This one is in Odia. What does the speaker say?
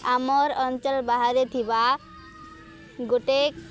ଆମର୍ ଅଞ୍ଚଳ ବାହାରେ ଥିବା ଗୋଟେ